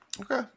Okay